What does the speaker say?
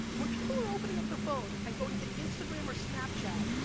when people are opening up their phone and going to instagram or snapchat,